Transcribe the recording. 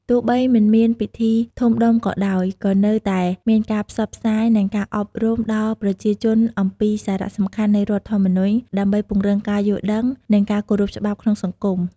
ទោះបីមិនមានពិធីធំដុំក៏ដោយ ក៏នៅតែមានការផ្សព្វផ្សាយ និងការអប់រំដល់ប្រជាជនអំពីសារៈសំខាន់នៃរដ្ឋធម្មនុញ្ញ ដើម្បីពង្រឹងការយល់ដឹង និងការគោរពច្បាប់ក្នុងសង្គម។